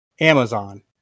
Amazon